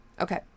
Okay